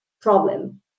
problem